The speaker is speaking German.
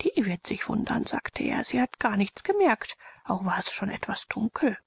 die wird sich wundern sagte er sie hat gar nichts gemerkt auch war es schon etwas dunkel